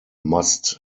must